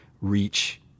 reach